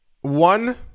One